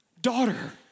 daughter